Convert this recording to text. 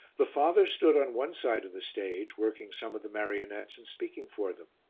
the father stood on one side of the stage, working some of the marionettes and speaking for them.